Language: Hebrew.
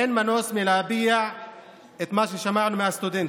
אין מנוס מלהביע את מה ששמענו מהסטודנטים: